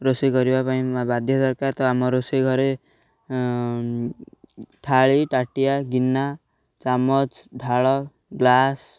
ରୋଷେଇ କରିବା ପାଇଁ ବାଧ୍ୟ ଦରକାର ତ ଆମ ରୋଷେଇ ଘରେ ଥାଳି ଟାଟିଆ ଗିନା ଚାମଚ୍ ଢ଼ାଳ ଗ୍ଲାସ୍